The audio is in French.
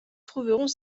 trouverons